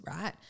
right